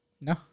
no